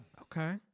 Okay